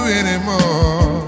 anymore